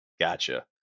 Gotcha